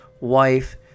wife